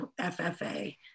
FFA